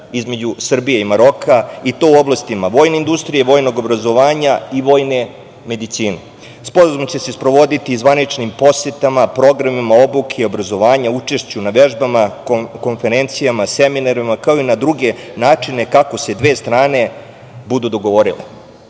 između Srbije i Maroka i to u oblastima vojne industrije, vojnog obrazovanja i vojne medicine. Sporazum će se sprovoditi zvaničnim posetama, programima obuke i obrazovanja, učešću na vežbama, konferencijama, seminarima, kao i na druge načine, kako se dve strane budu dogovorile. Ali,